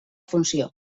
funció